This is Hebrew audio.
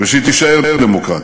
ושהיא תישאר דמוקרטיה.